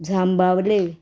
झांबावले